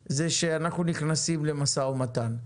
זה לא משא ומתן.